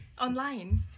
Online